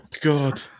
God